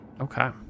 okay